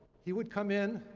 he would come in,